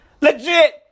Legit